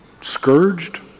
scourged